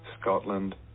Scotland